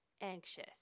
anxious